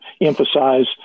emphasize